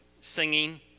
singing